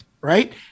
right